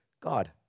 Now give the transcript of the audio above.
God